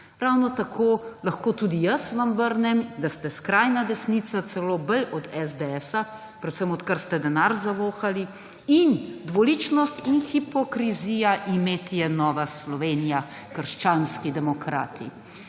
Ravno tako lahko tudi jaz vam vrnem, da ste skrajna desnica, celo bolj od SDS-a, predvsem odkar ste denar zavohali. In dvoličnost in hipokrizija, ime ti je Nova Slovenija – krščanski demokrati.